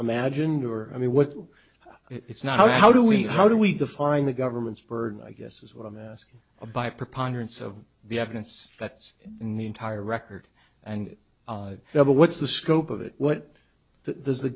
imagined or i mean what it's not how do we how do we define the government's burden i guess is what i'm asking a by preponderance of the evidence that's in the entire record and what's the scope of it what the